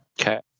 Okay